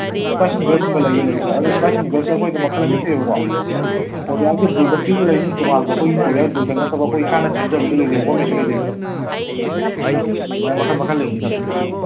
ꯏꯁꯄꯥꯏꯁꯤ ꯅꯨꯗꯜꯁꯀꯨꯝꯕ ꯂꯩꯌꯦ ꯂꯩꯌꯦ ꯁꯥꯔ ꯑꯗꯨ ꯏꯁꯄꯥꯏꯁꯤ ꯅꯨꯗꯜꯁꯁꯦ ꯑꯩꯈꯣꯏꯗ ꯃꯈꯜ ꯑꯅꯤ ꯂꯩꯌꯦꯀꯣ ꯀꯣꯔꯤꯌꯥꯒꯤ ꯕꯨꯜꯗꯛꯀꯤꯁꯨ ꯂꯩꯅꯤ ꯇꯣꯉꯥꯟꯕ ꯑꯩꯈꯣꯏ ꯀꯣꯔꯤꯌꯥꯟ ꯕꯨꯜꯗꯛ ꯅꯠꯇꯕ ꯑꯩꯈꯣꯏ ꯏꯁꯥꯅ ꯁꯦꯝꯖꯕꯁꯨ ꯂꯩꯖꯩ ꯍꯣꯝꯃꯦꯠꯁꯨ ꯂꯩꯖꯩꯀꯣ ꯑꯗꯨꯝ ꯑꯗꯨꯃꯥꯏꯅ ꯃꯈꯟ ꯃꯈꯟ ꯂꯩꯒꯅꯤ ꯁꯥꯔ ꯑꯗꯨꯒꯤꯗꯤ